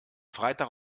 freitag